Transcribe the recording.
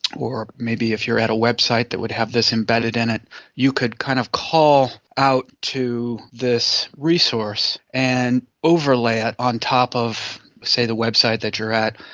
or maybe if you are at a website that would have this embedded in it you could kind of call out to this resource and overlay it on top of, say, the website that you are at,